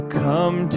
come